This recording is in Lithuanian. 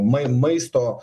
mai maisto